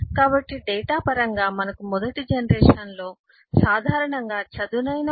కాబట్టి డేటా పరంగా మనకు మొదటి జనరేషన్లో మనకు సాధారణంగా చదునైన భౌతిక